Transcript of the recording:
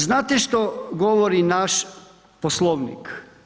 Znate što govori naš poslovnik?